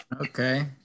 Okay